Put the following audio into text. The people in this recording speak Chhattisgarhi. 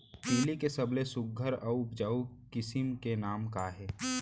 तिलि के सबले सुघ्घर अऊ उपजाऊ किसिम के नाम का हे?